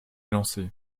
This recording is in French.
lancée